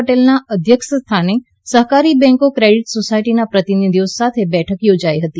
પટેલના અધ્યક્ષસ્થાને સહકારી બેન્કો ક્રેડિટ સોસાયટીના પ્રતિનિધિઓ સાથે બેઠક યોજાઇ હતી